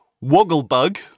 Wogglebug